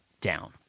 down